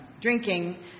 drinking